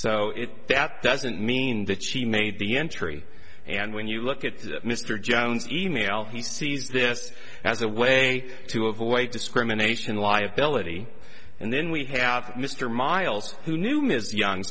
so if that doesn't mean that she made the entry and when you look at that mr johns e mail he sees this as a way to avoid discrimination liability and then we have mr miles who knew ms young